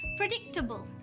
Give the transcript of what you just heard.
predictable